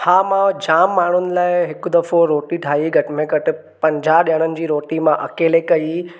हा मां जामु माण्हुनि लाइ हिकु दफ़ो रोटी ठाही घट में घटि पंजाह ॼणनि जी रोटी मां अकेले कई